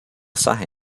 sache